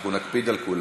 אנחנו נקפיד עם כולם.